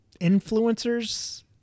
influencers